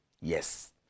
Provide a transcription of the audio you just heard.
Yes